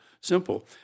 simple